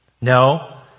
No